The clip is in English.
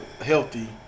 healthy